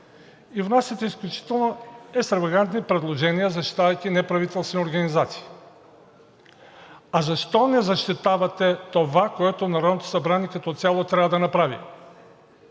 и внасяте изключително екстравагантни предложения, защитавайки неправителствени организации. А защо не защитавате това, което Народното събрание като цяло трябва да направи?